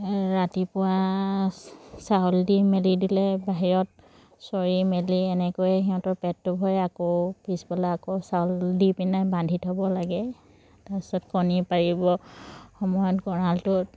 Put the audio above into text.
ৰাতিপুৱা চাউল দি মেলি দিলে বাহিৰত চৰি মেলি এনেকৈয়ে সিহঁতৰ পেটটো ভৰে আকৌ পিছবেলা আকৌ চাউল দি পিনে বান্ধি থ'ব লাগে তাৰপিছত কণী পাৰিব সময়ত গঁৰালটোত